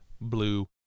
blue